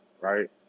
right